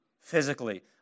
physically